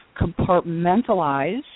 compartmentalize